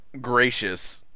gracious